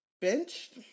benched